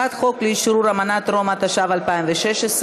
הצעת חוק לאשרור אמנת רומא, התשע"ו 2016,